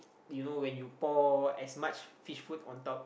you know when you pour as much fish food on top